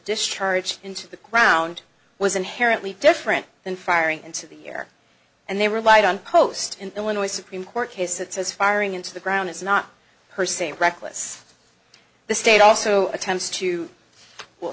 discharge into the ground was inherently different than firing into the air and they relied on post in illinois supreme court case that says firing into the ground is not per se reckless the state also attempts to w